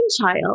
child